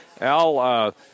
Al